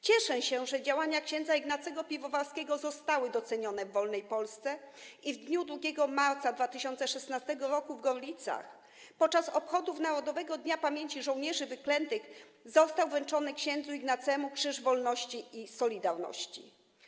Cieszę się, że działania ks. Ignacego Piwowarskiego zostały docenione w wolnej Polsce i w dniu 2 marca 2016 r. w Gorlicach podczas obchodów Narodowego Dnia Pamięci Żołnierzy Wyklętych został wręczony ks. Ignacemu Krzyż Wolności i Solidarności.